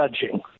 judging